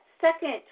second